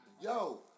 Yo